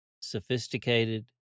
Sophisticated